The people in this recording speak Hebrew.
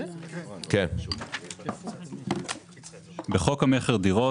1. בחוק המכר (דירות),